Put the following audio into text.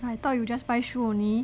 I thought you just buy shoe only